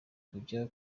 kujya